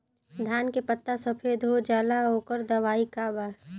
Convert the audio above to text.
धान के पत्ता सफेद हो जाला ओकर दवाई का बा?